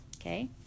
okay